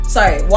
Sorry